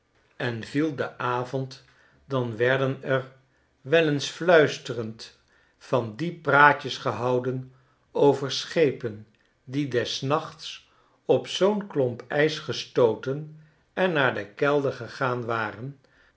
en viel de avond dan werden er wel eens fluisterend van die praatjes gehouden over schepen die des nachts op zoo'n klomp ijs gestooten en naar den kelder gegaan waren